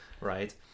right